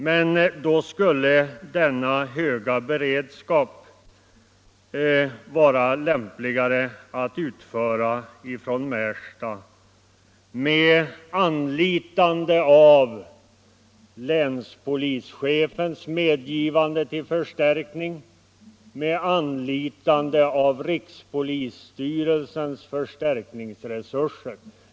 Men då skulle denna höga beredskap lämpligare klaras från Märsta med länspolischefens medgivande till förstärkning och med anlitande av rikspolisstyrelsens förstärkningsresurser.